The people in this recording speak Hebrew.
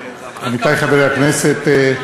עמיתי חברי הכנסת,